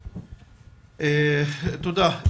תודה.